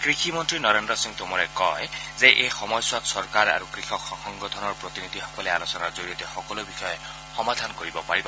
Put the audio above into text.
কৃষিমন্ত্ৰী নৰেন্দ্ৰ সিং টোমৰে কয় যে এই সময়ছোৱাত চৰকাৰ আৰু কৃষক সংগঠনৰ প্ৰতিনিধিসকলে আলোচনাৰ জৰিয়তে সকলো বিষয় সমাধান কৰিব পাৰিব